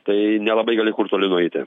tai nelabai gali kur toli nueiti